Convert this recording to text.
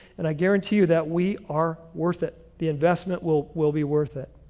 and i guarantee you that we are worth it. the investment will will be worth it.